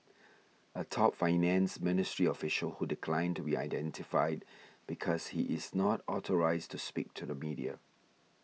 a top finance ministry official who declined to be identified because he is not authorised to speak to the media